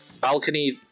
balcony